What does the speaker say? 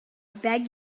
beg